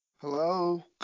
Hello